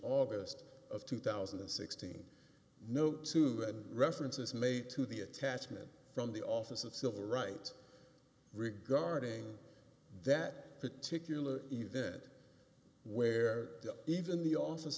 august of two thousand and sixteen no two had references made to the attachment from the office of civil rights regarding that particular event where even the office